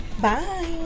Bye